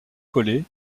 coller